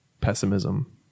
pessimism